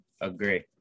agree